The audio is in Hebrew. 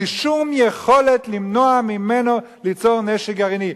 בלי שום יכולת למנוע ממנו ליצור נשק גרעיני.